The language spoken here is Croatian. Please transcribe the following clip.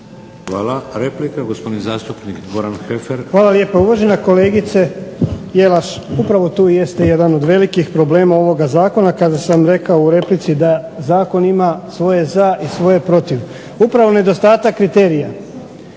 Hvala. Replika, gospodin zastupnik Goran Heffer. **Heffer, Goran (SDP)** Hvala lijepo. Uvažena kolegice Jelaš, upravo tu i jeste jedan od velikih problema ovoga zakona kada sam rekao u replici da zakon ima svoje za i svoje protiv. Upravo nedostatak kriterija